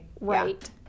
Right